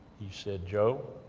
he said, joe,